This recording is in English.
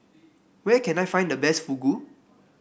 where can I find the best Fugu